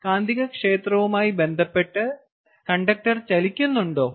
കാന്തികക്ഷേത്രവുമായി ബന്ധപ്പെട്ട് കണ്ടക്ടർ ചലിക്കുന്നുണ്ടോ